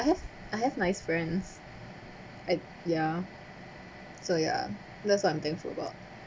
I have I have nice friends at ya so ya that's what I'm thankful about